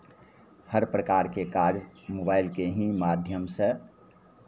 हर प्रकारके काज मोबाइलके ही माध्यमसँ